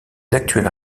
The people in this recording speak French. actuels